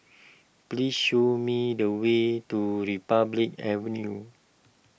please show me the way to Republic Avenue